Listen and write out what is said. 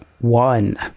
one